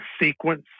sequence